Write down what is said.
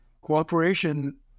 Cooperation